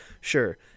Sure